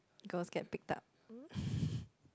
girls get picked up